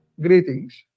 Greetings